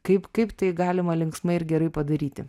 kaip kaip tai galima linksmai ir gerai padaryti